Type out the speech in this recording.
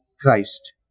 Christ